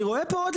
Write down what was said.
אני רואה פה עוד,